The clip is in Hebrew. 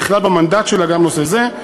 נכלל במנדט שלה גם נושא זה.